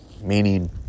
meaning